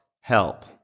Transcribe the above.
help